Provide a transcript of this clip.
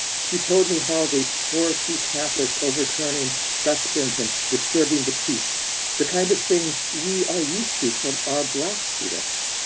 she told me how they tore through campus overturning dustbins and disturbing the peace the kind of thing we are used to from our black students.